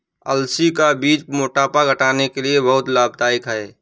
अलसी का बीज मोटापा घटाने के लिए बहुत लाभदायक है